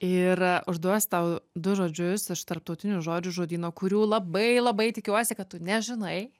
ir užduosiu tau du žodžius iš tarptautinių žodžių žodyno kurių labai labai tikiuosi kad tu nežinai